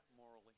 morally